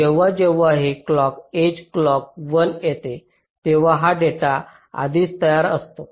जेव्हा जेव्हा हे क्लॉक एज क्लॉक 1 येते तेव्हा हा डेटा आधीच तयार असतो